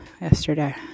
yesterday